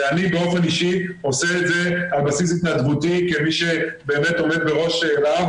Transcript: ואני באופן אישי עושה את זה על בסיס התנדבותי כמי שבאמת עומד בראש לה"ב,